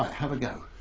have a go.